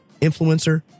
influencer